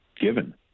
given